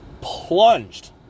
plunged